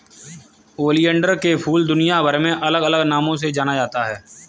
oleander के फूल दुनियाभर में अलग अलग नामों से जाना जाता है